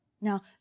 Now